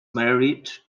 married